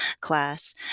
class